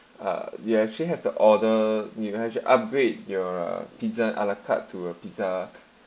ah you actually have to order you have to upgrade your uh pizza a la carte to a pizza